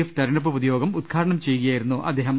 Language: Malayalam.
എഫ് തെരഞ്ഞെടുപ്പ് പൊതുയോഗം ഉദ്ഘാടനം ചെയ്യുകയായിരുന്നു അദ്ദേഹം